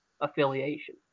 affiliation